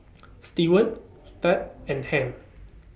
Steward Thad and Ham